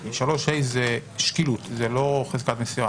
3ה זה שקילות, זה לא חזקת מסירה.